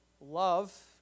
Love